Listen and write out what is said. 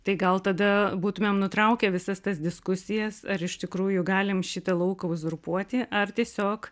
tai gal tada būtumėm nutraukę visas tas diskusijas ar iš tikrųjų galim šitą lauką uzurpuoti ar tiesiog